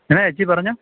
ആ ഏച്ചി പറഞ്ഞോ